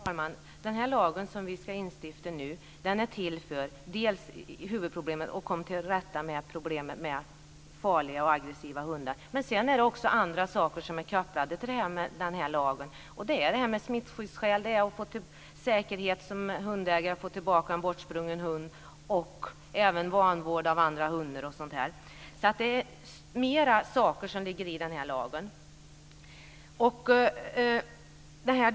Fru talman! Den lag som vi nu ska instifta är till för huvudproblemet, att komma till rätta med farliga och aggressiva hundar. Men det är också andra saker som är kopplade till lagen, och det är detta med smittskydd, att som hundägare vara säker på att få tillbaka en bortsprungen hund och även att komma till rätta med vanvård av hundar etc. Det är alltså mer som ingår i den här lagen.